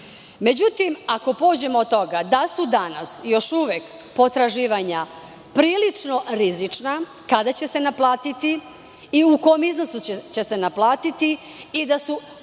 tržištu.Međutim, ako pođemo od toga da su danas još uvek potraživanja prilično rizična kada će se naplatiti i u kom iznosu će se naplatiti i da su